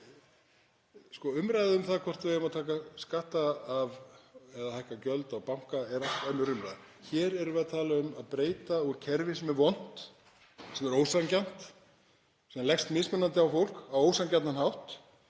Umræða um það hvort við eigum að hækka skatta eða hækka gjöld á banka er allt önnur umræða. Hér erum við að tala um að breyta úr kerfi sem er vont, sem er ósanngjarnt, sem leggst mismunandi á fólk á ósanngjarnan hátt